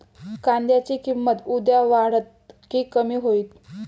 कांद्याची किंमत उद्या वाढात की कमी होईत?